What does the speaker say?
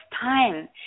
time